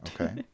Okay